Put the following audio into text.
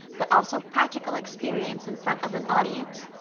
but also practical experience in front of an audience.